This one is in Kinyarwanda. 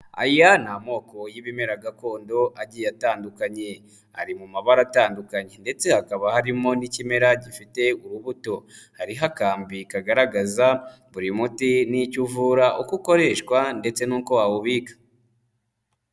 Aya ni amoko y'ibimera gakondo agiye atandukanye ari mu mabara atandukanye ndetse hakaba harimo n'ikimera gifite urubuto, hariho akambi kagaragaza buri muti n'icyo uvura, uko ukoreshwa ndetse n'uko wawubika.